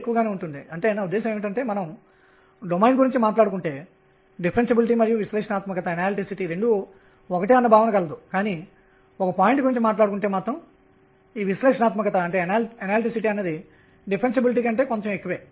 ఈ కక్ష్య ఈ విధం గా ఉంది r1 మరియు r2 బిందువులు ఉన్నాయి ఇక్కడ ṙ అనేది 0 pr కూడా 0 కి సమానంగా ఉంటుంది